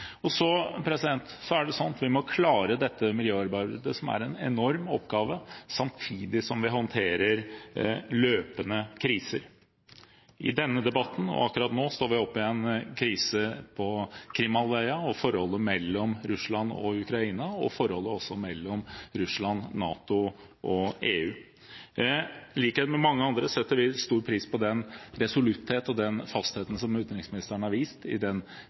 Vi må klare dette miljøarbeidet, som er en enorm oppgave, samtidig som vi håndterer løpende kriser. I denne debatten og akkurat nå står vi oppe i en krise på Krim-halvøya, i forholdet mellom Russland og Ukraina og i forholdet mellom Russland, NATO og EU. I likhet med mange andre setter vi stor pris på den resolutthet og den fasthet som utenriksministeren fram til nå har vist i den